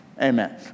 Amen